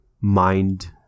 mind